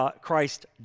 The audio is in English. Christ